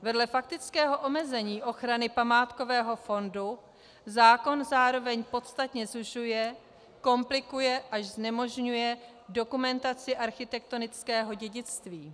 Vedle faktického omezení ochrany památkového fondu zákon zároveň podstatně zužuje, komplikuje, až znemožňuje dokumentaci architektonického dědictví.